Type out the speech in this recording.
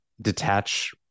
detach